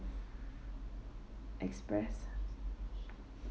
express